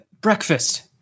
Breakfast